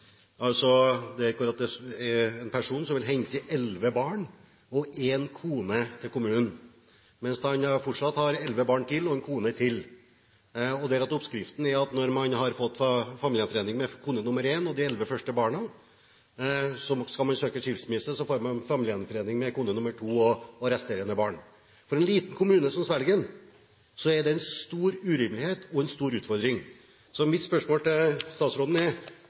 er det en person som vil hente elleve barn og en kone til kommunen, mens han fortsatt har elleve barn og en kone til. Der er oppskriften at når man har fått familiegjenforening med kone nr. 1 og de elleve første barna, skal man søke skilsmisse, og så får man gjenforening med kone nr. 2 og resterende barn. For en liten kommune som Svelgen er det en stor urimelighet og en stor utfordring. Så mitt spørsmål til statsråden er: